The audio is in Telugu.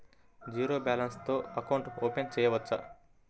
జీరో బాలన్స్ తో అకౌంట్ ఓపెన్ చేయవచ్చు?